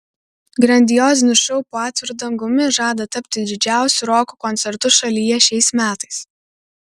grandiozinis šou po atviru dangumi žada tapti didžiausiu roko koncertu šalyje šiais metais